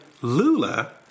Lula